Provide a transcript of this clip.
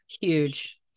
Huge